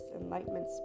enlightenment